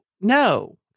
no